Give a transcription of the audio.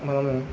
మన